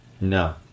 No